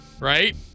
right